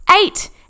Eight